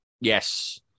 Yes